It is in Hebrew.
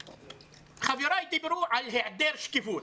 חבריי דיברו על היעדר שקיפות.